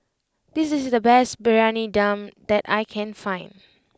this is the best Briyani Dum that I can find